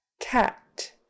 cat